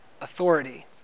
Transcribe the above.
authority